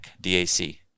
d-a-c